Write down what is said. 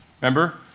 Remember